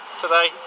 today